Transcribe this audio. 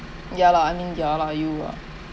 ya lah I mean ya lah you ah